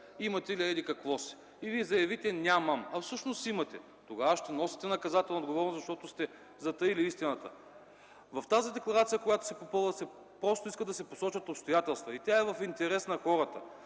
„Имате ли еди-какво си?”, и Вие заявите: „Нямам”, а всъщност имате, тогава ще носите наказателна отговорност, защото сте затаили истината. В тази декларация, която се попълва, просто се иска да се посочат обстоятелства и тя е в интерес на хората.